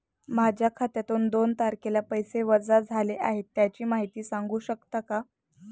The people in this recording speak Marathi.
माझ्या खात्यातून दोन तारखेला पैसे वजा झाले आहेत त्याची माहिती सांगू शकता का?